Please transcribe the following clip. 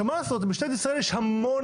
מה לעשות, למשטרת ישראל יש המון